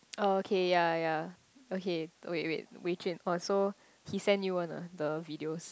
oh okay yea yea okay wait wait Wei-Jun oh so he send you one ah the videos